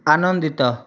ଆନନ୍ଦିତ